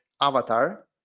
avatar